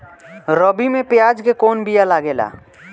रबी में प्याज के कौन बीया लागेला?